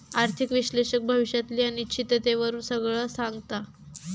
आर्थिक विश्लेषक भविष्यातली अनिश्चिततेवरून सगळा सांगता